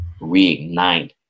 reignite